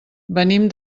venim